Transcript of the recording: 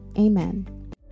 Amen